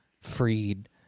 freed